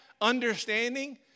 understanding